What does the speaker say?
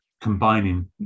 combining